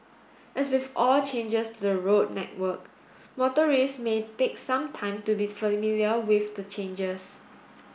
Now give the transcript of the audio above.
as with all changes to the road network motorists may take some time to be familiar with the changes